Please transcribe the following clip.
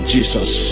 Jesus